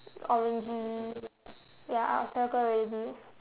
orangey ya circle already